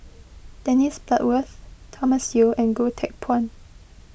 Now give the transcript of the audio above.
Dennis Bloodworth Thomas Yeo and Goh Teck Phuan